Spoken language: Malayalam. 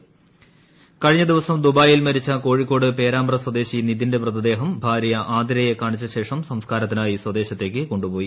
നിതിൻ കോഴിക്കോട് കഴിഞ്ഞ ദിവസം ദുബായിൽ മരിച്ച കോഴിക്കോട് പേരാമ്പ്ര സ്വദേശി നിതിന്റെ മൃതദേഹം ഭാരൃ ആതിരയെ കാണിച്ചശേഷം സംസ്കാരത്തിനായി സ്വദേശത്തേയ്ക്ക് കൊണ്ടുപോയി